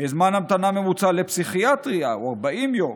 זמן המתנה ממוצע לפסיכיאטריה הוא 40 יום,